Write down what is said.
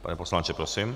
Pane poslanče, prosím.